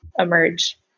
emerge